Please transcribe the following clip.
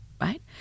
right